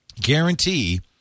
Guarantee